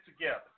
together